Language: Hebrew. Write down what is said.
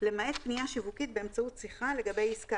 למעט פנייה שיווקית באמצעות שיחה לגבי עסקה